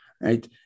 right